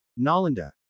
Nalanda